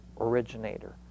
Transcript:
originator